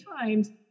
times